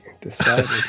decided